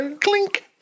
clink